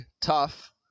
tough